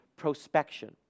prospection